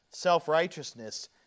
Self-righteousness